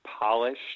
polished